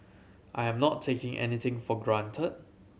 I am not taking anything for granted